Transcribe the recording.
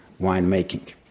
winemaking